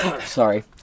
Sorry